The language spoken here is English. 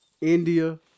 India –